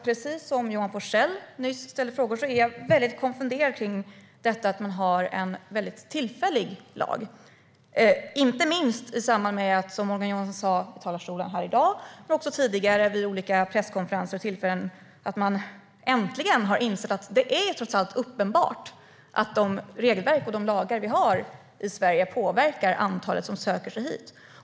Precis som Johan Forssell, som nyss ställde frågor, är jag väldigt konfunderad kring detta att man har en väldigt tillfällig lag. Det gäller inte minst med tanke på att Morgan Johansson i talarstolen här i dag, men även tidigare vid olika presskonferenser och andra tillfällen, har visat att man äntligen har insett det trots allt uppenbara - att de regelverk och lagar vi har i Sverige påverkar antalet som söker sig hit.